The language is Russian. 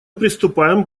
приступаем